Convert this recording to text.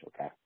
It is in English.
okay